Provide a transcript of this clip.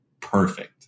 perfect